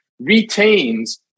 retains